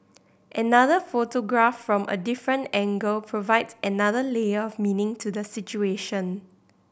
another photograph from a different angle provides another layer of meaning to the situation